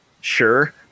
sure